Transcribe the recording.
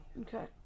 Okay